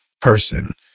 person